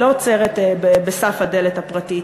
והיא לא עוצרת בסף הדלת הפרטית.